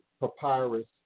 papyrus